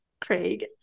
Craig